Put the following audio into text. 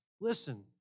listen